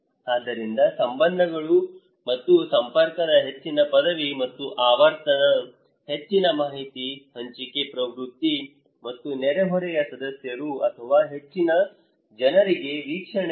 ಆದ್ದರಿಂದ ಸಂಬಂಧಗಳು ಮತ್ತು ಸಂಪರ್ಕದ ಹೆಚ್ಚಿನ ಪದವಿ ಮತ್ತು ಆವರ್ತನ ಹೆಚ್ಚಿನ ಮಾಹಿತಿ ಹಂಚಿಕೆ ಪ್ರವೃತ್ತಿ ಮತ್ತು ನೆರೆಹೊರೆಯ ಸದಸ್ಯರು ಅಥವಾ ಹೆಚ್ಚಿನ ಜನರಿಗೆ ವೀಕ್ಷಣೆಗಳ ಪ್ರಾದೇಶಿಕ ಗುಂಪು ಮೂಲವಾಗಿದೆ